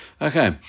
okay